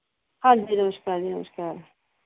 ਹਾਂਜੀ ਨਮਸਕਾਰ ਜੀ ਨਮਸਕਾਰ